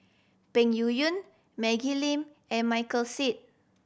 Peng Yuyun Maggie Lim and Michael Seet